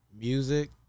music